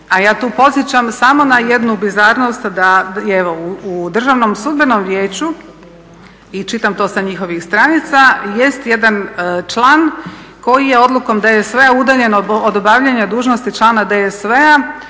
A ja tu podsjećam samo na jednu bizarnost da i evo u Državnom sudbenom vijeću i čitam to sa njihovih stranica jest jedan član koji je odlukom DSV-a udaljen od obavljanja dužnosti člana DSV-a